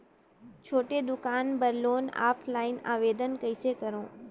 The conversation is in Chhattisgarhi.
छोटे दुकान बर लोन ऑफलाइन आवेदन कइसे करो?